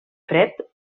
fred